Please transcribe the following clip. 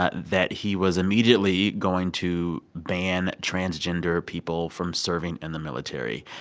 ah that he was immediately going to ban transgender people from serving in the military.